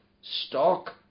Stock